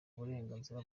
uburenganzira